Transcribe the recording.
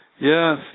Yes